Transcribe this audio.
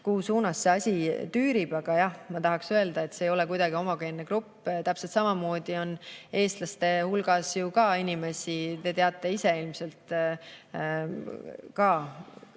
kuhu suunas see asi tüürib. Aga jah, ma tahaks öelda, et see ei ole kuidagi homogeenne grupp. Täpselt samamoodi on ju eestlaste hulgas inimesi – te teate ise ilmselt ka